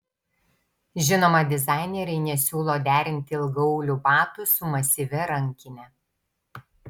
žinoma dizaineriai nesiūlo derinti ilgaaulių batų su masyvia rankine